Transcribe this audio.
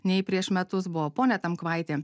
nei prieš metus buvo pone tamkvaiti